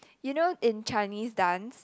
you know in Chinese dance